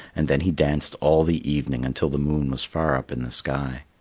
and then he danced all the evening until the moon was far up in the sky.